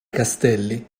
castelli